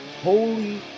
Holy